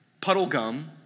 Puddlegum